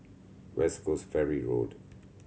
West Coast Ferry Road